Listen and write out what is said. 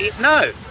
No